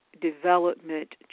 development